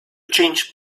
change